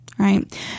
Right